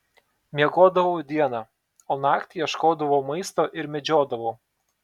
miegodavau dieną o naktį ieškodavau maisto ir medžiodavau